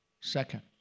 Second